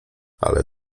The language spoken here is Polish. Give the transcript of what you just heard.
ale